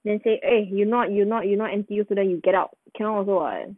then say eh you're not you're not you're not N_T_U student you get out cannot also [what]